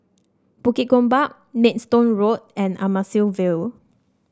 Bukit Gombak Maidstone Road and Ville